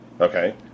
Okay